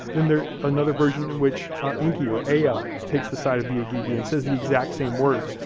then there's another version in which enki, or ea, yeah takes the side of the igigi and says the exact same words.